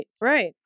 Right